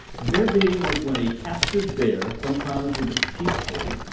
bear-baiting was when a captured bear, sometimes with its teeth pulled,